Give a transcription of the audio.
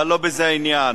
אבל לא בזה העניין.